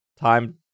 time